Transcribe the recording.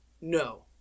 no